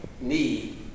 need